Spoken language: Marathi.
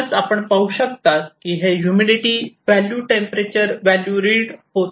म्हणूनच आपण पाहू शकता की हे humidity value temperature value read होत आहे